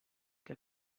que